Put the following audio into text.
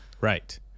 Right